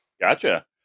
Gotcha